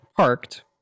Parked